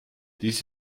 dies